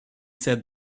said